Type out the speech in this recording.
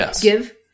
give